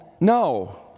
no